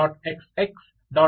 xx